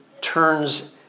turns